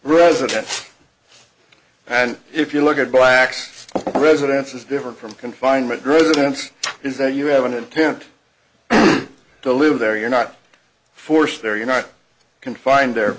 residence and if you look at black's residence is different from confinement grose events is that you have an intent to live there you're not forced there you're not confined there